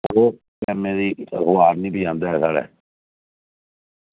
ते ओह् कल्लै दी अखबार निं देआ दा ऐ साढ़े